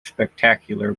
spectacular